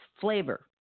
flavor